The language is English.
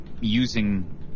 using